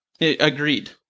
Agreed